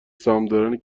سهامدارنی